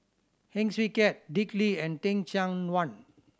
Heng Swee Keat Dick Lee and Teh Cheang Wan